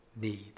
need